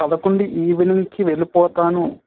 పదకొండు ఈవినింగ్కి వెళ్ళిపోతాను